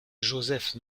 joseph